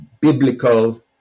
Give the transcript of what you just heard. biblical